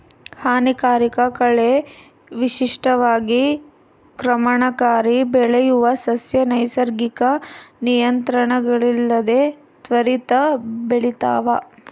ಹಾನಿಕಾರಕ ಕಳೆ ವಿಶಿಷ್ಟವಾಗಿ ಕ್ರಮಣಕಾರಿ ಬೆಳೆಯುವ ಸಸ್ಯ ನೈಸರ್ಗಿಕ ನಿಯಂತ್ರಣಗಳಿಲ್ಲದೆ ತ್ವರಿತ ಬೆಳಿತಾವ